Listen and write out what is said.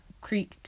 Creek